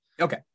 okay